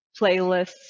playlists